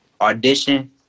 Audition